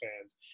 fans